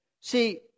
See